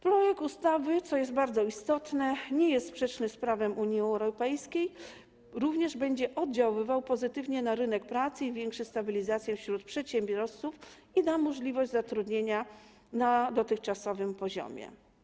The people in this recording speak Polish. Projekt ustawy, co jest bardzo istotne, nie jest sprzeczny z prawem Unii Europejskiej, jak również będzie oddziaływał pozytywnie na rynek pracy, i zwiększa stabilizację wśród przedsiębiorców i da możliwość zatrudniania na dotychczasowym poziomie.